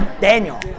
Daniel